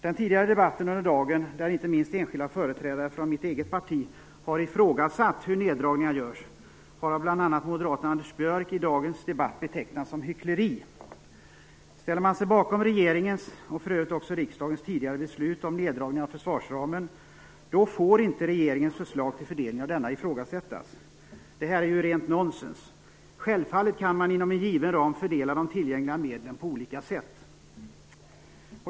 Den tidigare debatten under dagen, där inte minst enskilda företrädare för mitt eget parti har ifrågasatt hur neddragningarna görs, har av bl.a. moderaten Anders Björck i dagens debatt betecknats som hyckleri. Ställer man sig bakom regeringens, och för övrigt också riksdagens tidigare beslut om neddragningar av försvarsramen får inte regeringens förslag till fördelning av denna ifrågasättas. Detta är ju rent nonsens. Självfallet kan man inom en given ram fördela de tillgängliga medlen på olika sätt.